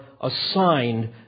assigned